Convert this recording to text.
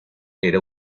era